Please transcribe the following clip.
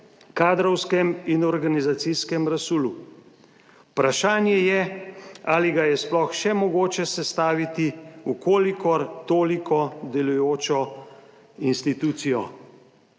kadrovskem in organizacijskem razsulu. Vprašanje je, ali ga je sploh še mogoče sestaviti v kolikor toliko delujočo institucijo."